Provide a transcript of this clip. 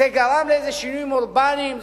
זה גרם לאיזה שינויים אורבניים?